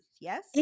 Yes